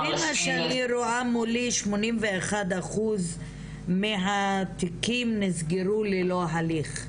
לפני מה שאני רואה מולי 81 אחוז מהתיקים נסגרו ללא הליך.